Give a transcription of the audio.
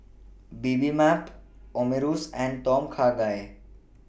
Bibimbap Omurice and Tom Kha Gai